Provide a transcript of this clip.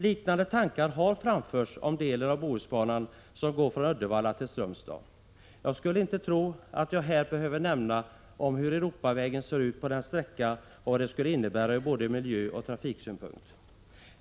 Liknande tankar har framförts om den del av Bohusbanan som går från Uddevalla till Strömstad. Jag skulle inte tro att jag här behöver nämna något om hur Europavägen ser ut på denna sträcka och vad detta skulle innebära ur både miljöoch trafiksynpunkt.